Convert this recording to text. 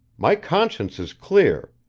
my conscience is clear,